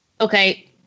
Okay